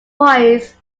voice